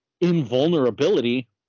invulnerability